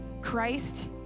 Christ